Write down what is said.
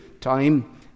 time